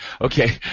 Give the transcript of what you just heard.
Okay